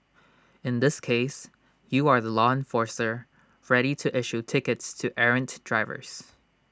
in this case you are the law enforcer ready to issue tickets to errant drivers